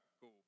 cool